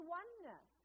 oneness